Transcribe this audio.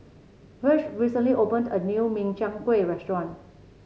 Virge recently opened a new Min Chiang Kueh restaurant